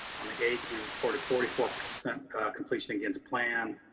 on the eighth, we reported forty four percent completion against plan,